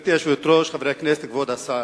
גברתי היושבת-ראש, חברי הכנסת, כבוד השר,